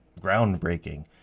groundbreaking